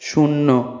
শূন্য